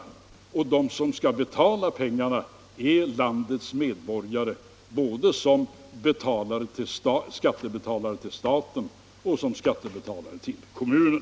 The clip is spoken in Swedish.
De som skall betala är landets medborgare både som skattebetalare till staten och som skattebetalare till kommunen.